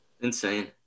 Insane